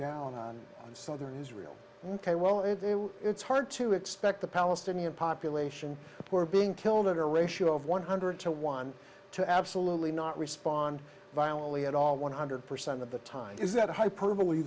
down in southern israel ok well if it's hard to expect the palestinian population who are being killed at a ratio of one hundred to one to absolutely not respond violently at all one hundred percent of the time is that hyperbole